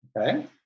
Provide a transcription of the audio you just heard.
Okay